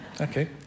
Okay